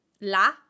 La